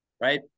right